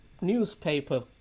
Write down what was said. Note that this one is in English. newspaper